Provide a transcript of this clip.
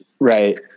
Right